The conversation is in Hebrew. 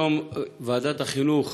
היום ועדת החינוך,